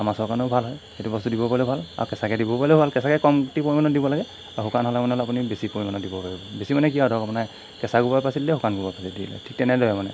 আমাৰ কাৰণেও ভাল হয় সেইটো বস্তু দিব পাৰিলেও ভাল আৰু কেঁচাকৈ দিব পাৰিলেও ভাল কেঁচাকৈ কমতি পৰিমাণত দিব লাগে আৰু শুকান হ'লে মানে আপুনি বেছি পৰিমাণে দিব পাৰিব বেছি মানে কি আৰু ধৰক আপোনাৰ কেঁচা গোবৰ পাচলি দেই শুকান গোবৰ পাচলি দিলে ঠিক তেনেদৰে মানে